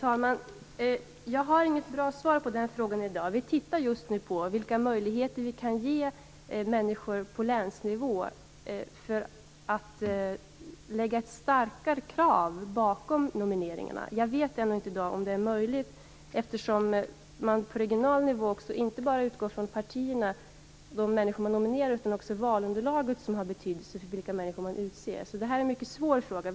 Herr talman! Jag har inget bra svar på den frågan i dag. Vi ser just över vilka möjligheter vi kan ge människor på länsnivå att ställa starkare krav på nomineringarna. Jag vet ännu inte i dag om detta är möjligt, eftersom man på regional nivå inte bara utgår från de människor som man nominerar. Även valunderlaget har betydelse för vilka människor man utser. Detta är en mycket svår fråga.